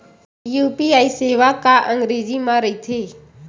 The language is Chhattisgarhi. यू.पी.आई सेवा का अंग्रेजी मा रहीथे?